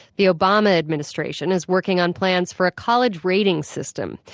the obama administration is working on plans for a college rating system,